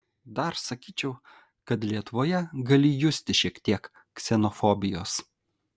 dar sakyčiau kad lietuvoje gali justi šiek tiek ksenofobijos